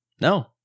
No